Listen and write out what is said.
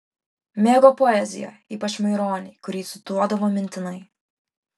mėgo poeziją ypač maironį kurį cituodavo mintinai